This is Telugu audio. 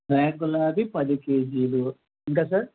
రేఖ గులాబీ పది కేజీలు ఇంకా సార్